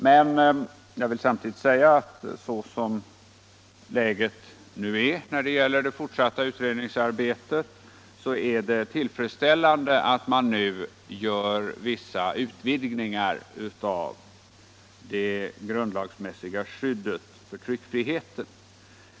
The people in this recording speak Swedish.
Men samtidigt vill jag säga att sådant som läget är när det gäller det fortsatta utredningsarbetet är det tillfredsställande att man nu gör vissa utvidgningar av det grundlagsmässiga skyddet för tryckfriheten.